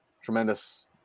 tremendous